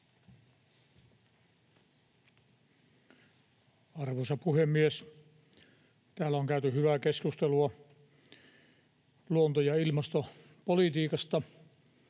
Arvoisa puhemies! Täällä on käyty hyvää keskustelua luonto- ja ilmastopolitiikasta.